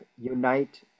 Unite